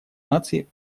наций